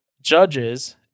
judges